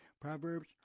Proverbs